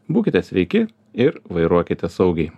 būkite sveiki ir vairuokite saugiai